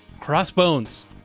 crossbones